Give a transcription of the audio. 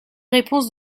réponse